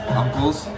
uncles